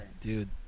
dude